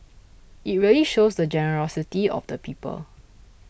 it really shows the generosity of the people